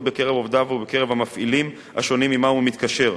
בקרב עובדיו ובקרב המפעילים השונים שעמם הוא מתקשר.